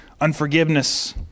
unforgiveness